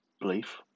belief